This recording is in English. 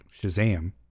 Shazam